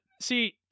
See